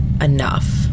enough